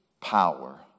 power